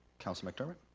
councilor mcdermott?